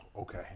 Okay